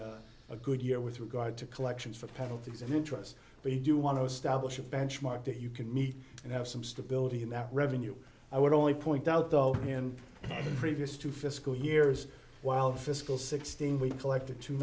good year with regard to collections for penalties and interest but you do want to establish a benchmark that you can meet and have some stability in that revenue i would only point out though in the previous two fiscal years while fiscal sixteen we collected to